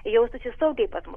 jaustųsi saugiai pas mus